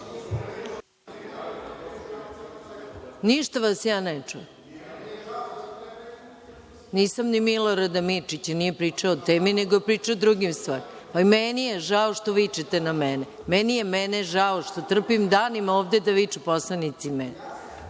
dobacuje.)Nisam ni Milorada Mirčića. Nije pričao o temi, nego je pričao o drugim stvarima. Meni je žao što vi vičete na mene. Meni je mene žao što trpim danima ovde da viču poslanici na